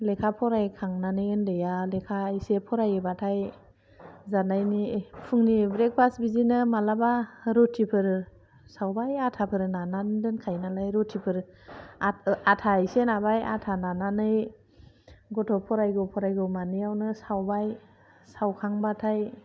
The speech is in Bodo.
लेखा फरायखांनानै उन्दैया लेखा एसे फरायोबाथाय जानायनि फुंनि ब्रेकफास्ट बिदिनो मालाबा रुटि फोर सावबाय आथाफोर नानानै दोनखायो नालाय रुटि फोर आथा एसे नाबाय आथा नानानै गथ' फरायगौ फरायगौ मानियावनो सावबाय सावखांबाथाय